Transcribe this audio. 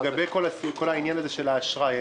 לגבי עניין האשראי,